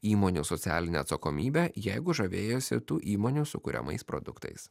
įmonių socialinę atsakomybę jeigu žavėjosi tų įmonių sukuriamais produktais